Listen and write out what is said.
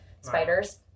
spiders